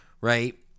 right